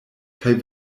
kaj